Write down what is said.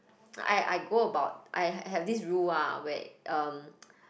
I I go about I have this rule ah where um